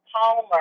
Palmer